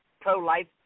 pro-life